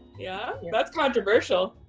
yeah yeah that's controversial.